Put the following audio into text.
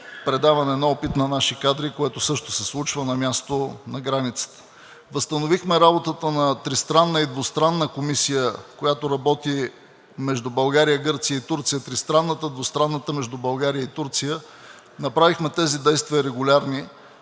предаване на опит на наши кадри, което също се случва на място на границата. Възстановихме работата на тристранната и двустранната комисия, която работи между България, Гърция и Турция – тристранната, а двустранната между България и Турция. Направихме тези действия регулярни,